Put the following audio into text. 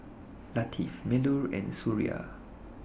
Latif Melur and Suria